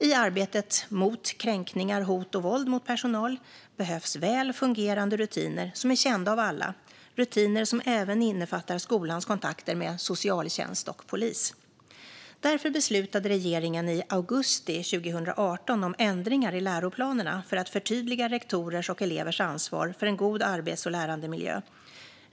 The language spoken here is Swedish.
I arbetet mot kränkningar, hot och våld mot personal behövs väl fungerande rutiner som är kända av alla, rutiner som även innefattar skolans kontakter med socialtjänst och polis. Därför beslutade regeringen i augusti 2018 om ändringar i läroplanerna för att förtydliga rektorers och elevers ansvar för en god arbets och lärandemiljö.